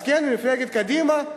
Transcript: אז כן, מפלגת קדימה,